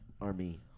Army